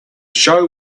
show